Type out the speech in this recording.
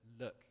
look